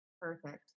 Perfect